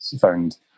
found